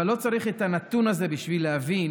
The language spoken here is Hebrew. אבל לא צריך את הנתון הזה בשביל להבין